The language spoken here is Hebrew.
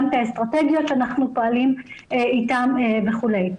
גם את האסטרטגיה שאנחנו פועלים איתם וכולי.